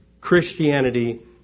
Christianity